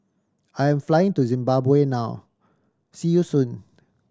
I am flying to Zimbabwe now see you soon